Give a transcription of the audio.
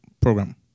program